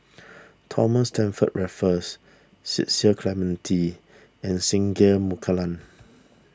Thomas Stamford Raffles Cecil Clementi and Singai Mukilan